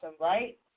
right